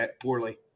poorly